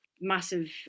massive